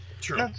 True